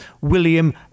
William